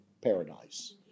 paradise